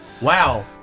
Wow